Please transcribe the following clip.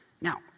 Now